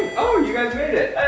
you guys made it.